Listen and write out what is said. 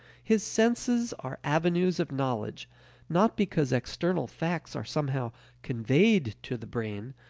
his senses are avenues of knowledge not because external facts are somehow conveyed to the brain,